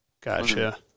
Gotcha